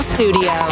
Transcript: Studio